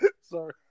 Sorry